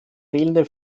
fehlende